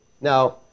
Now